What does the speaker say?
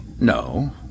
No